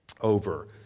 over